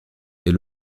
est